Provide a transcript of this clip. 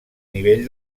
nivell